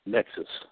Nexus